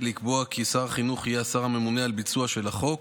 שר החינוך יהיה השר הממונה על ביצוע החוק